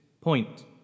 point